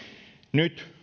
nyt